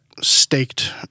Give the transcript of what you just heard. staked